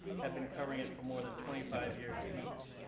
have been covering it for more than twenty five years each.